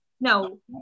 No